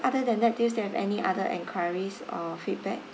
other than do you still have any other enquiries or feedback